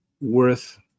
worth